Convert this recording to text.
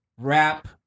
rap